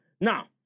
Now